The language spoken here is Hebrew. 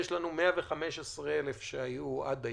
יש לנו 115,000 שהיו עד היום,